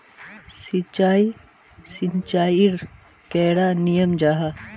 सिंचाई सिंचाईर कैडा नियम जाहा?